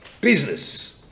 Business